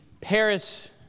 Paris